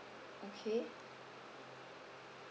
okay